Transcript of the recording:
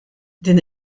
din